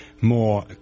more